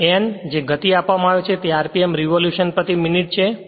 અને N જે ગતિ આપવામાં આવે છે તે rpm રીવોલ્યુશન પ્રતિ મિનિટ છે